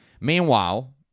Meanwhile